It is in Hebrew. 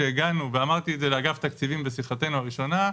ואמרתי את זה לאגף התקציבים בשיחתנו הראשונה.